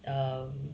um